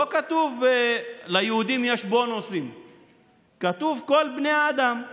לא כתוב "ליהודים יש בונוסים"; כתוב: "כל בני האדם",